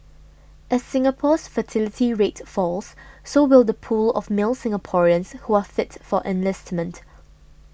as Singapore's fertility rate falls so will the pool of male Singaporeans who are fit for enlistment